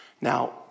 Now